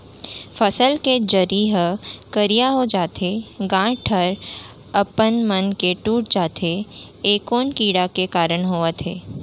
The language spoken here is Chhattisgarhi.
फसल के जरी ह करिया हो जाथे, गांठ ह अपनमन के टूट जाथे ए कोन कीड़ा के कारण होवत हे?